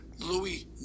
Louis